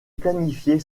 planifiée